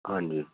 ਹਾਂਜੀ